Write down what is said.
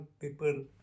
people